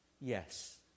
Yes